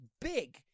big